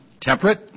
temperate